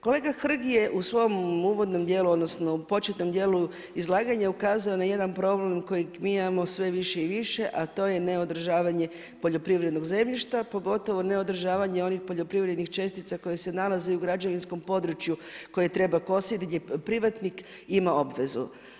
Kolega Hrg je u svom uvodnom dijelu, odnosno početnom dijelu izlaganja ukazao na jedan problem kojeg mi imamo sve više i više a to je neodržavanje poljoprivrednog zemljišta pogotovo ne održavanje onih poljoprivrednih čestica koje se nalaze i u građevinskom području koje treba kositi, gdje privatnik ima obvezu.